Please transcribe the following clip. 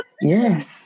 yes